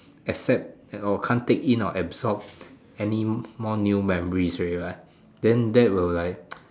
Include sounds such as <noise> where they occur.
accept at all can't take in or absorb any more new memories already what then that will like <noise>